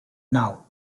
now